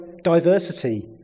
diversity